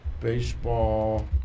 baseball